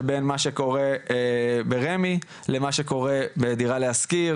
בין מה שקורה ברשות מקרקעי ישראל למה שקורה ב"דירה להשכיר"